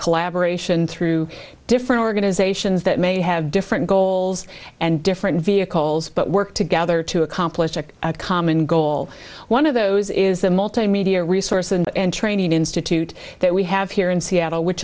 collaboration through different organizations that may have different goals and different vehicles but work together to accomplish a common goal one of those is the multimedia resource and training institute that we have here in seattle which